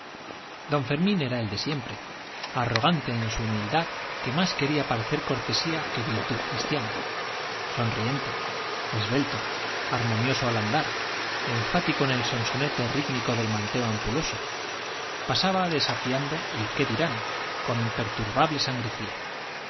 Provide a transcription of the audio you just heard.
don fermín era el de siempre arrogante en su humildad que más quería parecer cortesía que virtud cristiana sonriente esbelto armonioso al andar enfático en el sonsonete rítmico del manteo ampuloso pasaba desafiando el qué dirán con imperturbable sangre fría